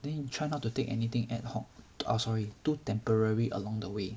then you try not to take anything adhoc orh sorry too temporary along the way